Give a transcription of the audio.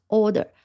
order